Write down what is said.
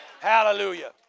Hallelujah